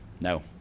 No